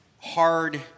hard